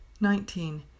Nineteen